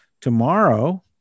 tomorrow